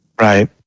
Right